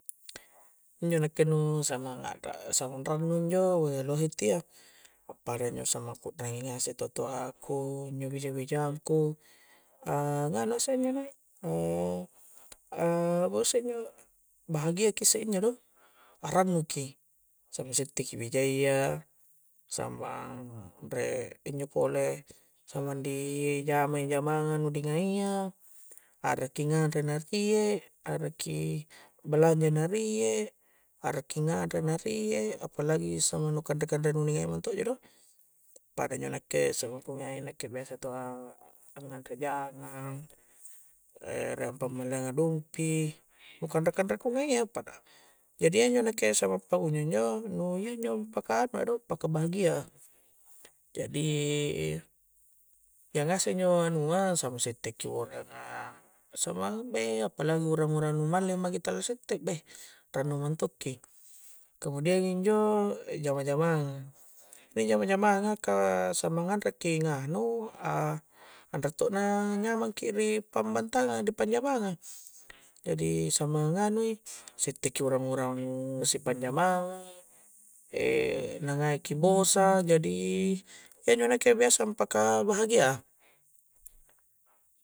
Injo nakke nu sanna samang rannu injo lohe intia appada injo sama ku ukrangi ngasek totoa ku injo bijan-bijang ku nganu a isse injo naik bose injo bahagia ki isse injo do arannu ki samang sitte ki bijayya samang rek injo pole samang ri jama i jamang nu di ngai a arakki nganre na riek arakki balanja na riek arakki nganre na riek apalagi samang nu kanre-kanre nu ningai mento' ja do pada injo nekke samang riek kungai nakke biasa to' a nganre jangang riek ampammalianga dumpi nu kanre-kanre ku ngai a jadi iyanjo nakke samang pakunjo injo nu iyanjo nu paka anua do paka bahagia jadi iya ngasek injo anua samang sitte ki uranga samang bei apalagi urang-urang nu malling maki tala sitte beih rannu mento' ki kemudiang injo jama-jamanga inni jama-jamanga ka samang anre ki nganu anre to' na jamangki ri pammantanga di panjamanga jadi samang anganui sitte ki urang-urang nu si panjamang a na ngai ki bos a jadi, iyanjo nakke biasa ampaka bahagia a